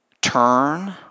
turn